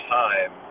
time